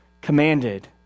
commanded